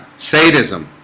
sadism